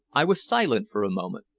i was silent for a moment.